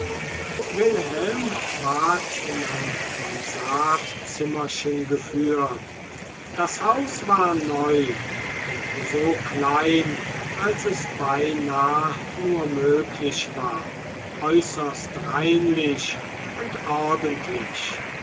wilhelm ward in ein mansardzimmerchen geführt das haus war neu und so klein als es beinah nur möglich war äußerst reinlich und ordentlich